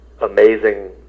amazing